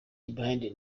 behind